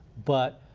but